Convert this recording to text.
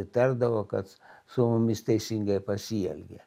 tardavo kad su mumis teisingai pasielgė